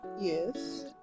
Yes